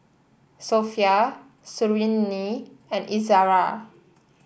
Sofea Suriani and Izara